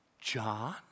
John